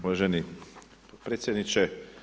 Uvaženi potpredsjedniče.